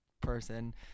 person